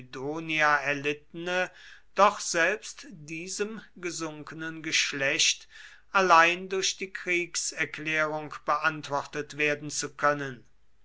kydonia erlittene doch selbst diesem gesunkenen geschlecht allein durch die kriegserklärung beantwortet werden zu können